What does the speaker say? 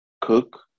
cook